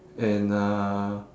and uh